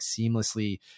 seamlessly